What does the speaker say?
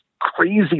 crazy